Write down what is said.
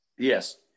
Yes